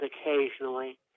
occasionally